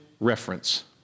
reference